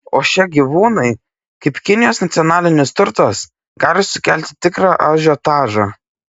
o šie gyvūnai kaip kinijos nacionalinis turtas gali sukelti tikrą ažiotažą